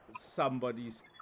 somebody's